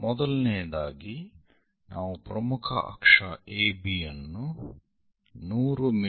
ಮೊದಲನೆಯದಾಗಿ ನಾವು ಪ್ರಮುಖ ಅಕ್ಷ AB ಯನ್ನು 100 ಮಿ